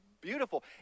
beautiful